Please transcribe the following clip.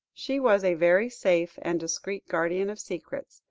she was a very safe and discreet guardian of secrets,